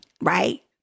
right